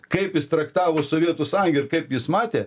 kaip jis traktavo sovietų sąjungą ir kaip jis matė